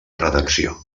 redacció